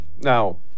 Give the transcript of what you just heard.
Now